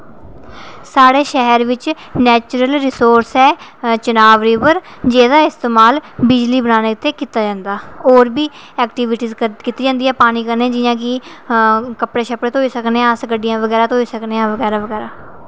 साढ़े शैह्र बिच नेचुरल रिसोर्स ऐ चिनाब रिवर जेह्दा इस्तेमाल बिजली बनाने आस्तै कीता जंदा होर बी एक्टीविटी कीतियां जंदियां पानी कन्नै जियां कि कपड़े धोई सकने अस गड्डियां बगैरा धोई सकने आं बगैरा बगैरा